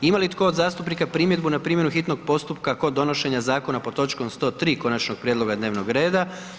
Ima li tko od zastupnika primjedbu na primjenu hitnog postupka kod donošenja zakona pod točkom 103. konačnog prijedloga dnevnog reda?